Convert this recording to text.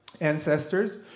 ancestors